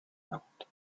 not